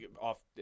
off